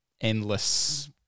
endless